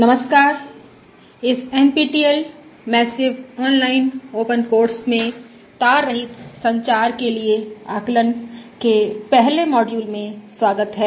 नमस्कार इस NPTEL massive online open course तार रहित संचार के लिए आकलन के पहले मॉड्यूल में स्वागत है